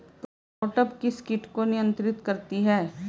Cartap किस किट को नियंत्रित करती है?